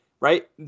right